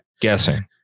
Guessing